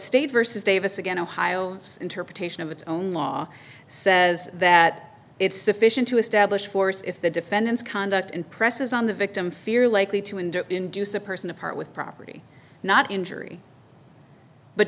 state versus davis again ohio interpretation of its own law says that it's sufficient to establish force if the defendant's conduct impresses on the victim fear likely to and induce a person to part with property not injury but